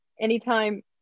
anytime